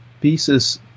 Pieces